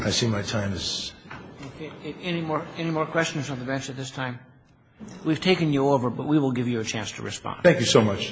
i see my chimes in more and more questions on the bench at this time we've taken you over but we will give you a chance to respond thank you so much